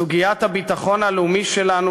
סוגיית הביטחון הלאומי שלנו,